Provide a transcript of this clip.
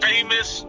famous